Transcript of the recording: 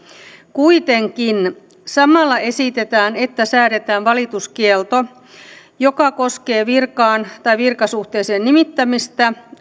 kuitenkin samalla esitetään että säädetään valituskielto joka koskee virkaan tai virkasuhteeseen nimittämistä